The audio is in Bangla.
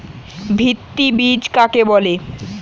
ভিত্তি বীজ কাকে বলে?